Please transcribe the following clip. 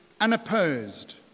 unopposed